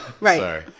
Right